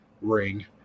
ring